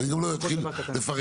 ואני גם לא אתחיל לפרט.